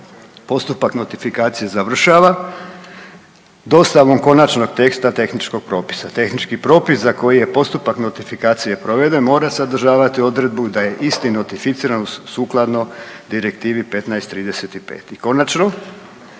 Postupak notifikacije završava dostavom konačnog tekst tehničkog propisa. Tehnički propis za koji je postupak notifikacije proveden mora sadržavati odredbu da je isti notificiran sukladno Direktivi 1535. I konačno,